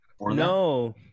No